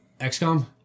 XCOM